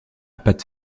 pâte